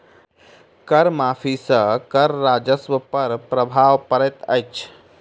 कर माफ़ी सॅ कर राजस्व पर प्रभाव पड़ैत अछि